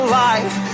life